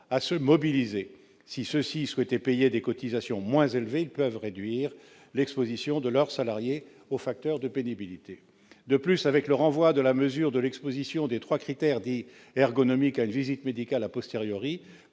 à se mobiliser : s'ils voulaient payer des cotisations moins élevées, ils devaient réduire l'exposition de leurs salariés aux facteurs de pénibilité. De plus, avec le renvoi de la mesure de l'exposition des trois critères dits ergonomiques à une visite médicale, pour